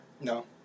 No